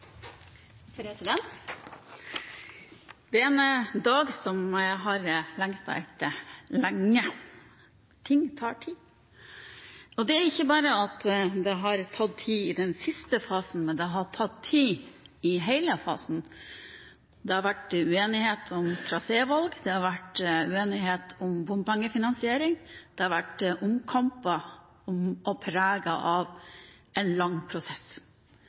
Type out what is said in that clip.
en dag som jeg har lengtet etter lenge. Ting tar tid – ikke bare har det tatt tid i den siste fasen, men det har tatt tid i hele fasen. Det har vært uenighet om trasévalg, det har vært uenighet om bompengefinansiering, det har vært omkamper, og det har vært preget av en lang prosess.